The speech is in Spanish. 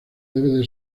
debe